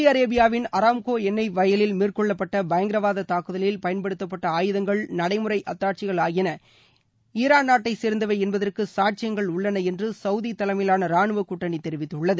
Saudi அரேபியாவின் Aramco எண்ணெய் வயலில் மேற்கொள்ளப்பட்ட பயங்கரவாத தாக்குதலில் பயன்படுத்தப்பட்ட ஆயதங்கள் நடைமுறை அத்தாட்சிகள் ஆகியன இவை ஈராள் நாட்டை சேர்ந்தவை என்பதற்கு சாட்சியங்களாக உள்ளன என்று சவுதி தலைமையிலான ரானுவ கூட்டனி தெரிவித்துள்ளது